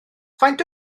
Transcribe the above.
faint